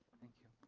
thank you.